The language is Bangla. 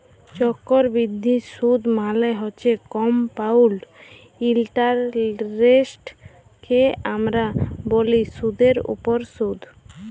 চক্করবিদ্ধি সুদ মালে হছে কমপাউল্ড ইলটারেস্টকে আমরা ব্যলি সুদের উপরে সুদ